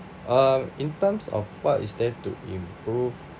uh in terms of what is there to improve